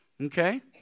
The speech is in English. Okay